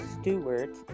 Stewart